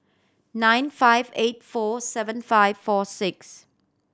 nine five eight four seven five four six